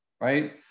right